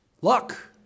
Luck